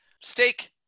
Steak